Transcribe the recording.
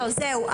סליחה,